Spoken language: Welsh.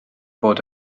bod